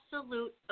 absolute